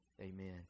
Amen